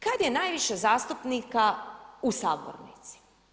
Kada je najviše zastupnika u sabornici?